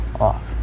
off